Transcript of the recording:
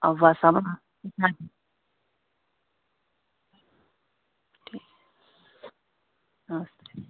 और बस अपना इधर ठीक नमस्ते